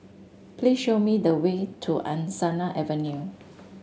please show me the way to Angsana Avenue